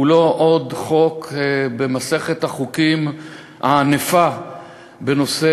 הוא לא עוד חוק במסכת החוקים הענפה בנושא